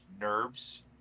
nerves